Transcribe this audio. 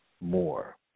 more